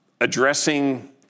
addressing